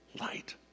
light